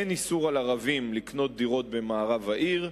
אין איסור על ערבים לקנות דירות במערב העיר,